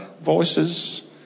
voices